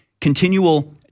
continual